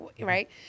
right